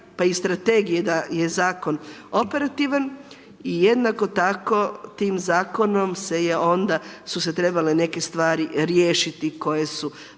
pa iz strategije da je Zakon operativan i jednako tako tim zakonom se je onda, su se trebale neke stvari riješiti koje su važne